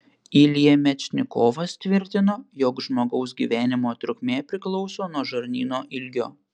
ilja mečnikovas tvirtino jog žmogaus gyvenimo trukmė priklauso nuo žarnyno ilgio